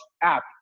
app